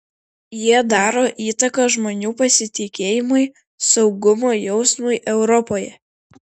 jie daro įtaką žmonių pasitikėjimui saugumo jausmui europoje